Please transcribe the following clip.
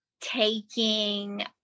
taking